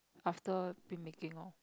after pin making lor